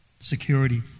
security